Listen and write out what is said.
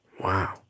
Wow